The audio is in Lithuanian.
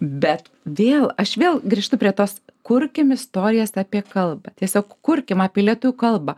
bet vėl aš vėl grįžtu prie tos kurkim istorijas apie kalbą tiesiog kurkim apie lietuvių kalbą